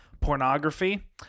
pornography